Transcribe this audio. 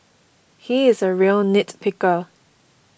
he is a real nit picker